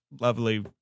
lovely